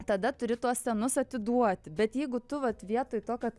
tada turi tuos senus atiduoti bet jeigu tu vat vietoj to kad